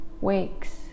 wakes